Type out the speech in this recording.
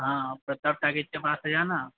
हाँ हाँ प्रताप टाकीज के पास आ जाना